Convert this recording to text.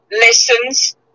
lessons